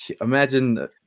Imagine